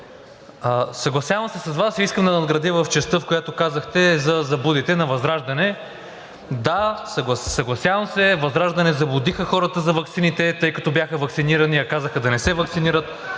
съгласявам се с Вас и искам да надградя в частта, в която казахте за заблудите на ВЪЗРАЖДАНЕ. Да, съгласявам се, ВЪЗРАЖДАНЕ заблудиха хората за ваксините, тъй като бяха ваксинирани, а казаха да не се ваксинират.